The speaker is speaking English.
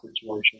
situation